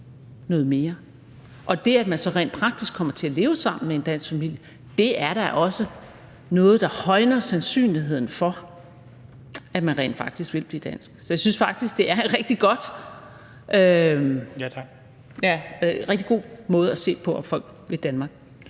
noget mere. Og det, at man så rent praktisk kommer til at leve sammen med en dansk familie, er da også noget, der højner sandsynligheden for, at man rent faktisk vil blive dansk. Så jeg synes faktisk, det er en rigtig god måde at se på, om folk vil Danmark.